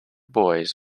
boys